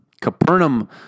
Capernaum